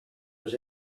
was